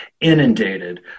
inundated